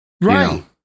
Right